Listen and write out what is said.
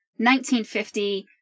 1950